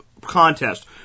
contest